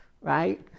right